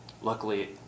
luckily